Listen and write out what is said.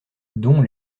dont